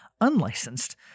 unlicensed